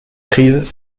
crises